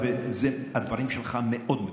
הדברים שלך מאוד מקוממים.